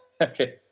Okay